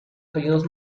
períodos